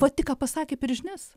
va tik ką pasakė per žinias